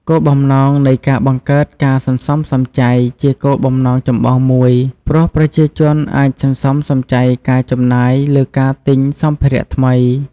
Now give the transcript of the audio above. គោលបំណងនៃការបង្កើតការសន្សំសំចៃ ជាគោលបំណងចម្បងមួយ ព្រោះប្រជាជនអាចសន្សំសំចៃការចំណាយលើការទិញសម្ភារៈថ្មី។